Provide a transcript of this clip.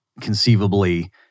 conceivably